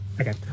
Okay